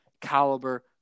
caliber